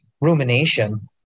rumination